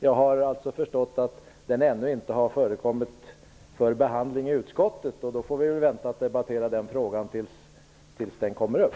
Jag har förstått att den frågan ännu inte har förekommit för behandling i utskottet, och då får vi väl vänta med att debattera den tills den kommer upp.